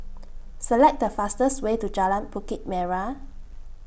Select The fastest Way to Jalan Bukit Merah